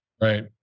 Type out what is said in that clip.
Right